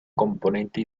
componente